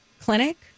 clinic